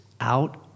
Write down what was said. out